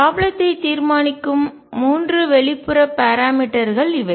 ப்ராப்ளத்தை தீர்மானிக்கும் 3 வெளிப்புற பராமீட்டர்கள்அளவுருக்கள் இவை